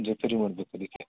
J P G ಮಾಡಬೇಕಿದಕ್ಕೆ